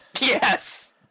Yes